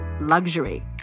Luxury